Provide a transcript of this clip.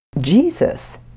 Jesus